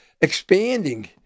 expanding